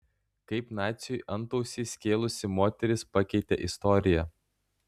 kaip naciui antausį skėlusi moteris pakeitė istoriją